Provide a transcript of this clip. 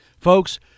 Folks